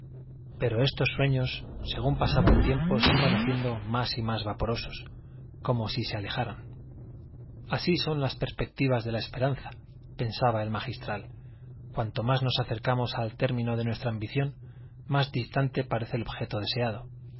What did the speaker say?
pero estos sueños según pasaba el tiempo se iban haciendo más y más vaporosos como si se alejaran así son las perspectivas de la esperanza pensaba el magistral cuanto más nos acercamos al término de nuestra ambición más distante parece el objeto deseado